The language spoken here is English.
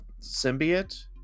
symbiote